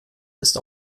ist